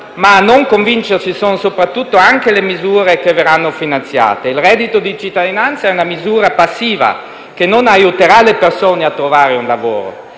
a non convincerci sono soprattutto le misure che verranno finanziate. Il reddito di cittadinanza è una misura passiva, che non aiuterà le persone a trovare un lavoro.